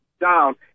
down